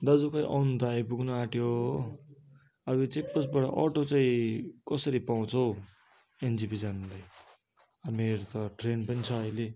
दाजु खोइ आउनु त आइपुग्नु आँट्यो अब यो चेकपोस्टबाट अटो चाहिँ कसरी पाउँछ एनजेपी जानुलाई मेरो त ट्रेन पनि छ अहिले